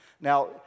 Now